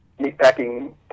meatpacking